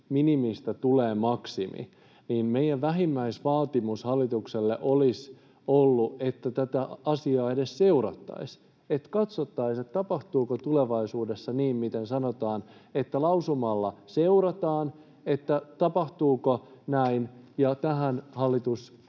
minimistä tulee maksimi. Meidän vähimmäisvaatimus hallitukselle olisi ollut, että tätä asiaa edes seurattaisiin, katsottaisiin, tapahtuuko tulevaisuudessa niin, miten sanotaan, eli että lausumalla seurattaisiin, tapahtuuko näin, mutta hallitus